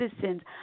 citizens